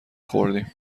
خوردیم